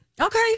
Okay